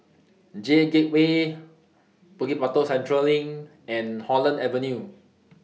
J Gateway Bukit Batok Central LINK and Holland Avenue